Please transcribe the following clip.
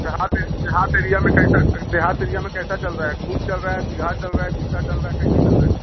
देहात देहात एरिया में कैसा देहात एरिया में कैसा चल रहा है फूट चल रहा है बिगहा चल रहा है बिस्सा चल रहा है कैसा चल रहा है